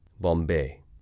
Bombay